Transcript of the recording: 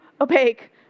opaque